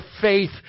faith